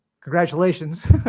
Congratulations